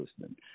listening